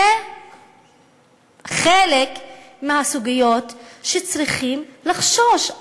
אלה חלק מהסוגיות שצריכים לחשוש,